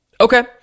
Okay